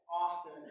often